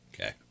Okay